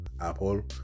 Apple